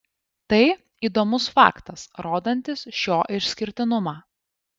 tai įdomus faktas rodantis šio išskirtinumą